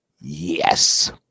Yes